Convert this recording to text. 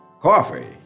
Coffee